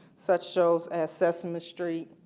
such shows as sesame street,